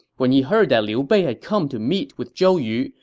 when he heard that liu bei had come to meet with zhou yu,